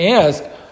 ask